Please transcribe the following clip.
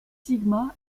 sigma